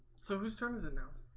so whose turn is it now